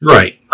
Right